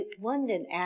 London